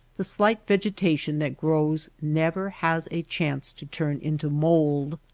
the slight vegetation that grows never has a chance to turn into mould.